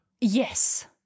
yes